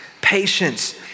patience